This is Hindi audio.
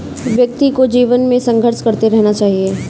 व्यक्ति को जीवन में संघर्ष करते रहना चाहिए